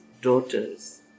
daughters